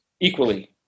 equally